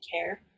care